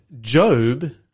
Job